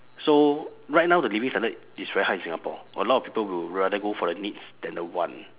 so right now the living standard is very high in singapore a lot of people will rather go for the needs than the want